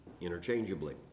interchangeably